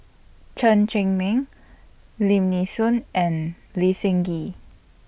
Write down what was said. Chen Cheng Mei Lim Nee Soon and Lee Seng Gee